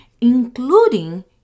including